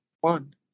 one